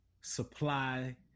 supply